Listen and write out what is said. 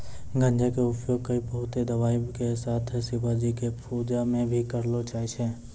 गांजा कॅ उपयोग कई बहुते दवाय के साथ शिवजी के पूजा मॅ भी करलो जाय छै